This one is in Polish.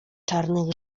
czarnych